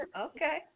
Okay